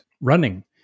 running